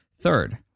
Third